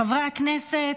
חברי הכנסת,